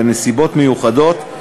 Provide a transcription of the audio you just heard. בנסיבות מיוחדות,